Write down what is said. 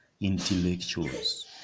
intellectuals